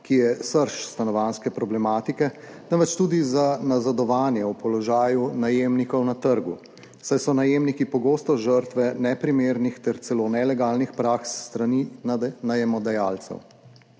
ki je srž stanovanjske problematike, temveč tudi za nazadovanje v položaju najemnikov na trgu, saj so najemniki pogosto žrtve neprimernih ter celo nelegalnih praks s strani najemodajalcev.